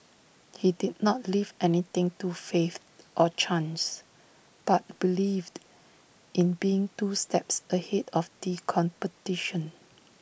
he did not leave anything to faith or chance but believed in being two steps ahead of the competition